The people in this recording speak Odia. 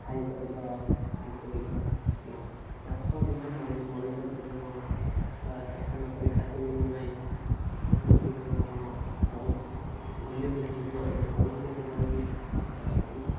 ଖାଇପାରିବା ପିଇପାରିବା ଚାଷ ବିନା ମଣିଷ ଜୀବନ ପ୍ରାୟ ଚାଷ ନକଲେ ଖାଦ୍ୟ ମିଳିବ ନାହିଁ ମଣିଷ ଜୀବନ ବହୁତ ମୂଲ୍ୟହୀନ ହୋଇଯିବ ଏବଂ ବହୁତ ଲୋକ ମରିବେ ଯାହାଦ୍ୱାରା କି